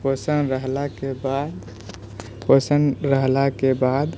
पोषण रहलाके बाद पोषण रहलाके बाद